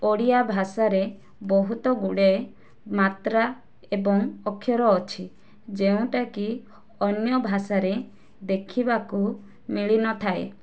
ଓଡ଼ିଆ ଭାଷାରେ ବହୁତ ଗୁଡ଼ାଏ ମାତ୍ରା ଏବଂ ଅକ୍ଷର ଅଛି ଯେଉଁଟା କି ଅନ୍ୟ ଭାଷାରେ ଦେଖିବାକୁ ମିଳି ନଥାଏ